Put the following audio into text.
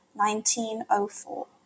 1904